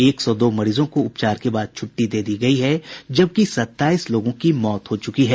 एक सौ दो मरीजों को उपचार के बाद छटटी दे दी गयी है जबकि सत्ताईस लोगों की मौत हो च्रकी है